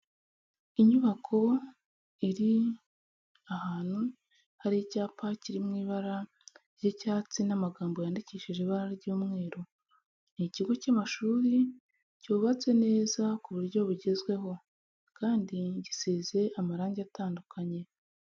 Inyubako iri ahantu hari icyapa kiri mu ibara ry'icyatsi n'amagambo yandikishije ibara ry'umweru, ni ikigo cy'amashuri cyubatse neza ku buryo bugezweho kandi gisize amarangi atandukanye.